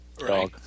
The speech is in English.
Right